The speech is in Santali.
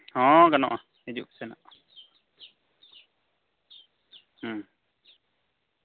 ᱦᱚᱸ ᱜᱟᱱᱚᱜᱼᱟ ᱦᱤᱡᱩᱜ ᱥᱮᱱᱚᱜ